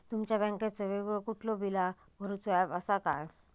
तुमच्या बँकेचो वेगळो कुठलो बिला भरूचो ऍप असा काय?